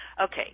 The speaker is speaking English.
Okay